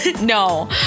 No